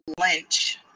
lynch